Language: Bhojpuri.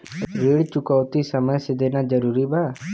ऋण चुकौती समय से देना जरूरी बा?